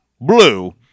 Blue